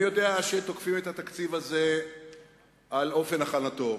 אני יודע שתוקפים את התקציב הזה על אופן הכנתו,